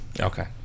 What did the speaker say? okay